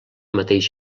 mateix